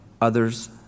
others